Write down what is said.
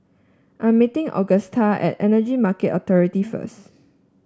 I'm meeting Augusta at Energy Market Authority first